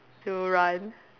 to run